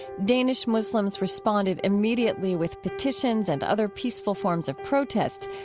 danish muslims responded immediately with petitions and other peaceful forms of protest.